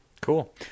Cool